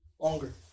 Longer